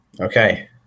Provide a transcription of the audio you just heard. Okay